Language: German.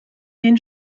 denen